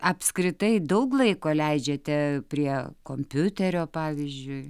apskritai daug laiko leidžiate prie kompiuterio pavyzdžiui